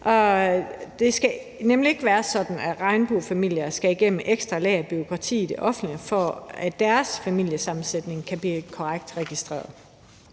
og det skal nemlig ikke være sådan, at regnbuefamilier skal igennem et ekstra lag af bureaukrati i det offentlige, for at deres familiesammensætning kan blive korrekt registreret.